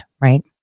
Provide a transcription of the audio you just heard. right